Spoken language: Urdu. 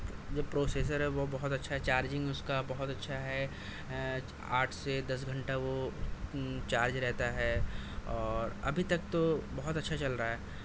جو پروسیسر ہے وہ بہت اچھا ہے چارجنگ اس کا بہت اچھا ہے آٹھ سے دس گھنٹہ وہ چارج رہتا ہے اور ابھی تک تو بہت اچھا چل رہا ہے